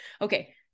okay